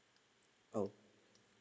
oh